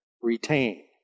retain